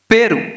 Peru